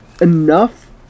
enough